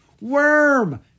Worm